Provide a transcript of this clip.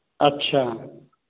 अच्छा